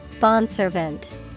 bondservant